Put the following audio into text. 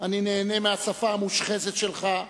אני נהנה מהשפה המושחזת שלך,